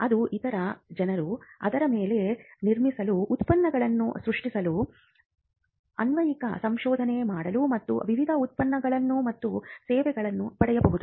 ಅದು ಇತರ ಜನರು ಅದರ ಮೇಲೆ ನಿರ್ಮಿಸಲು ಉತ್ಪನ್ನಗಳನ್ನು ಸೃಷ್ಟಿಸಲು ಅನ್ವಯಿಕ ಸಂಶೋಧನೆ ಮಾಡಲು ಮತ್ತು ವಿವಿಧ ಉತ್ಪನ್ನಗಳು ಮತ್ತು ಸೇವೆಗಳನ್ನು ಪಡೆಯಬಹುದು